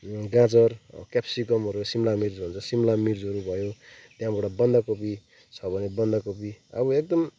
गाजर क्याप्सिकमहरू सिम्ला मिर्च भन्छ सिम्ला मिर्चहरू भयो त्यहाँबाट बन्दकोपी छ भने बन्दकोपी अब एकदम